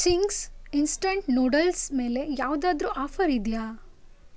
Ching's instant noodles ಮೇಲೆ ಯಾವುದಾದ್ರೂ offer ಇದೆಯಾ